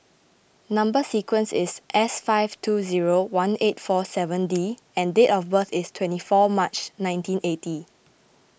Number Sequence is S five two zero one eight four seven D and date of birth is twenty four March nineteen eighty